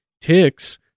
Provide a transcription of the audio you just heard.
Ticks